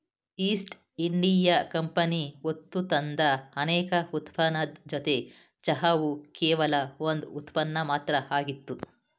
East India company ಹೊತ್ತುತಂದ ಅನೇಕ ಉತ್ಪನ್ನದ್ ಜೊತೆ ಚಹಾವು ಕೇವಲ ಒಂದ್ ಉತ್ಪನ್ನ ಮಾತ್ರ ಆಗಿತ್ತು